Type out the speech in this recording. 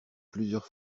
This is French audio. plusieurs